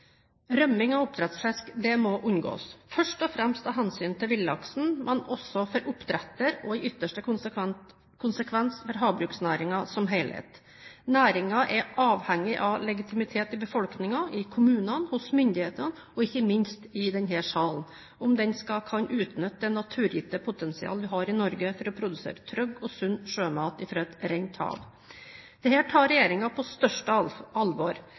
Rømming av oppdrettsfisk må unngås – først og fremst av hensyn til villaksen, men også for oppdretter og i ytterste konsekvens for havbruksnæringen som helhet. Næringen er avhengig av legitimitet i befolkningen, i kommunene, hos myndighetene og ikke minst i denne sal, om den skal kunne utnytte det naturgitte potensial vi har i Norge for å produsere trygg og sunn sjømat fra et rent hav. Det tar regjeringen på største alvor.